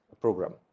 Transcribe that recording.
program